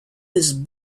these